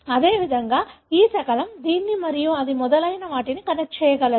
అదేవిధంగా ఈ శకలం దీన్ని మరియు ఇది మొదలైనవాటిని కనెక్ట్ చేయగలదు